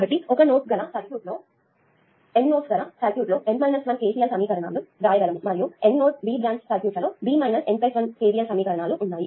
కాబట్టి ఒక N nodes గల సర్క్యూట్ లో N 1 KCL సమీకరణాలు వ్రాయగలము మరియు N node B branch circuit లో B N 1 KVL సమీకరణాలు ఉన్నాయి